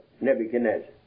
Nebuchadnezzar